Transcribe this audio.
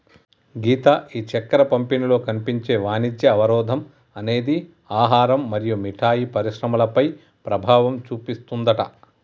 గీత ఈ చక్కెర పంపిణీలో కనిపించే వాణిజ్య అవరోధం అనేది ఆహారం మరియు మిఠాయి పరిశ్రమలపై ప్రభావం చూపిస్తుందట